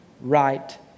right